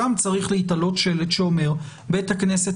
שם צריך להיתלות שלט שאומר שבית הכנסת